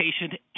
patient